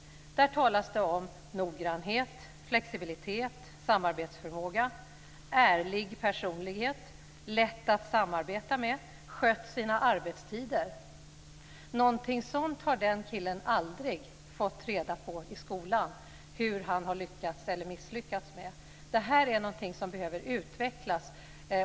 Där talas det om noggrannhet, flexibilitet, samarbetsförmåga, ärlig personlighet, att han är lätt att samarbeta med och har skött sina arbetstider. Den killen hade aldrig i skolan fått reda på hur han lyckats eller misslyckats. Det är någonting som behöver utvecklas.